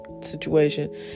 situation